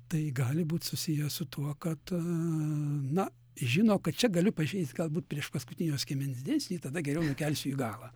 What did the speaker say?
tai gali būt susiję su tuo kad na žino kad čia galiu pažeist galbūt priešpaskutinio skiemens dėsnį tada geriau nukelsiu į galą